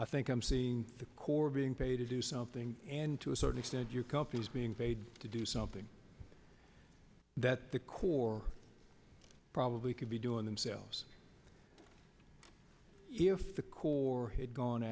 i think i'm seeing the core being paid to do something and to a certain extent your company is being paid to do something that the corps probably could be doing themselves if the corps had gone